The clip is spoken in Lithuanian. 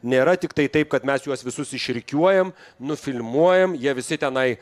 nėra tiktai taip kad mes juos visus išrikiuojam nufilmuojam jie visi tenai